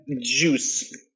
Juice